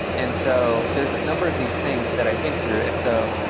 and so there're a number of these things that i think through. and so,